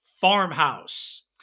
Farmhouse